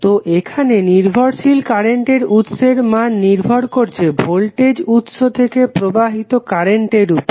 তো এখানে নির্ভরশীল কারেন্টের উৎসের মান নির্ভর করছে ভোল্টেজ উৎস থেকে প্রবাহিত কারেন্টের উপর